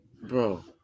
bro